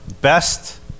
best